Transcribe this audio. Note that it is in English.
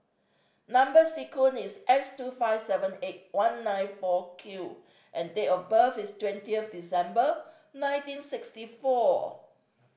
number sequence is S two five seven eight one nine four Q and date of birth is twentieth December nineteen sixty four